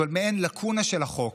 זה מעין לקונה של החוק,